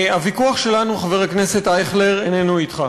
הוויכוח שלנו, חבר הכנסת אייכלר, איננו אתך.